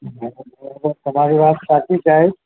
તમારી વાત સાચી સાહેબ